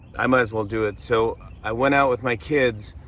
i might as well do it. so i went out with my kids